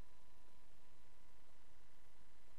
במע"צ,